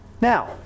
Now